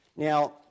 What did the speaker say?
Now